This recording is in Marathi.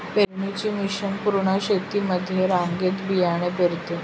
पेरणीची मशीन पूर्ण शेतामध्ये रांगेत बियाणे पेरते